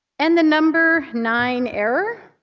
and the number nine error